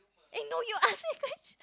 aye no you ask me question